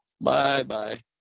Bye-bye